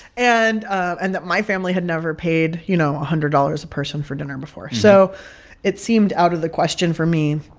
and and that my family had never paid, you know, a hundred dollars a person for dinner before. so it seemed out of the question for me.